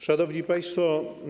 Szanowni Państwo!